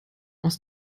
aus